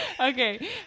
Okay